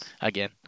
again